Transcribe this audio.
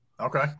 okay